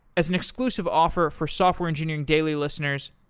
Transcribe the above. as an inclusive offer for software engineering daily listeners,